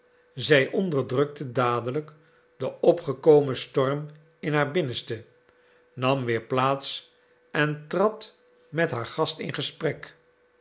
zij onderdrukte dadelijk den opgekomen storm in haar binnenste nam weer plaats en trad met haar gast in gesprek